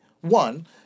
one